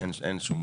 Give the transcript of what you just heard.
אין שום בעיה.